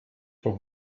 vom